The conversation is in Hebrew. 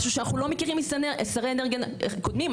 משהו שאנחנו לא מכירים משרי אנרגיה קודמים.